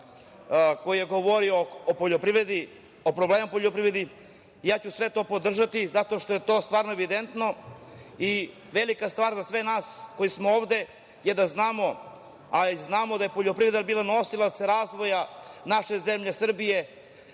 poljoprivredi, o problemima u poljoprivredi, ja ću sve to podržati zato što je to stvarno evidentno. Velika stvar za sve nas koji smo ovde je da znamo, a znamo da je poljoprivreda bila nosilac razvoja naše zemlje Srbije